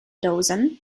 dozen